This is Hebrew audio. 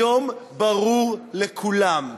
היום ברור לכולם: